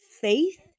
faith